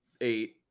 eight